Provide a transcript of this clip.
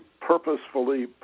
purposefully